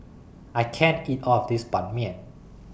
I can't eat All of This Ban Mian